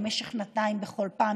למשך שנתיים בכל פעם,